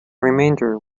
remainder